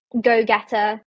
go-getter